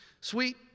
Sweet